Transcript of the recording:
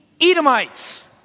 Edomites